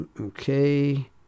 Okay